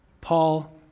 Paul